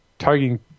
Targeting